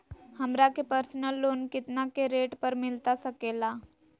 हमरा के personal loan कितना के रेट पर मिलता सके ला?